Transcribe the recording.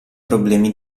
problemi